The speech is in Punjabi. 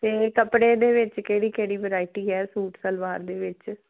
ਅਤੇ ਕੱਪੜੇ ਦੇ ਵਿੱਚ ਕਿਹੜੀ ਕਿਹੜੀ ਵਰਾਇਟੀ ਹੈ ਸੂਟ ਸਲਵਾਰ ਦੇ ਵਿੱਚ